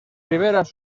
riberas